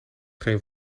geen